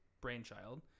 brainchild